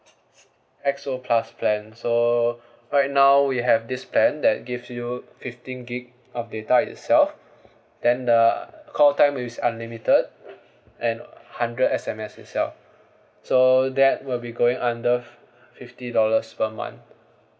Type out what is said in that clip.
X_O plus plan so right now we have this plan that gives you fifteen gigabytes of data itself then the call time is unlimited and hundred S_M_S itself so that will be going under fi~ fifty dollars per month